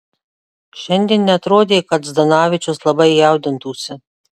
šiandien neatrodė kad zdanavičius labai jaudintųsi